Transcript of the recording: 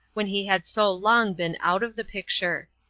when he had so long been out of the picture.